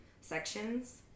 sections